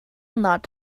not